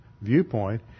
viewpoint